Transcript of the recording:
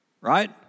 Right